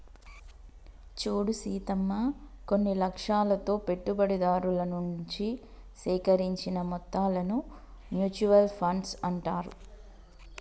చూడు సీతమ్మ కొన్ని లక్ష్యాలతో పెట్టుబడిదారుల నుంచి సేకరించిన మొత్తాలను మ్యూచువల్ ఫండ్స్ అంటారు